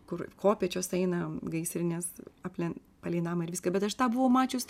kur kopėčios eina gaisrinės aplink palei namą ir viską bet aš tą buvau mačius